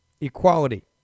equality